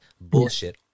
bullshit